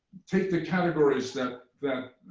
take the categories that that